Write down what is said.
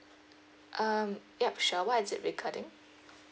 um yup sure what is it regarding